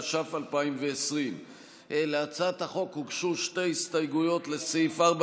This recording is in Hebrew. התש"ף 2020. להצעת החוק הוגשו שתי הסתייגויות לסעיף 4,